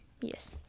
yes